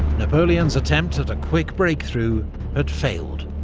napoleon's attempt at a quick breakthrough had failed.